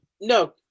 no